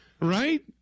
Right